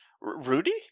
Rudy